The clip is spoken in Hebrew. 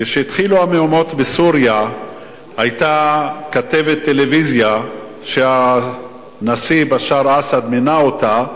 כשהתחילו המהומות בסוריה היתה כתבת טלוויזיה שהנשיא בשאר אסד מינה אותה.